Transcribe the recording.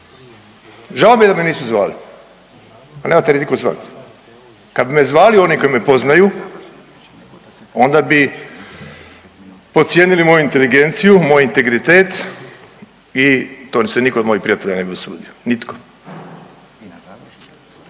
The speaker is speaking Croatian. Žao mi je da me nisu zvali, ali nema te ni nitko zvati. Kad bi me zvali oni koji me poznaju onda bi podcijenili moju inteligenciju, moj integritet i to se nitko od mojih prijatelja ne bi usudio. Nitko!